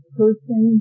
person